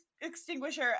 extinguisher